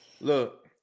look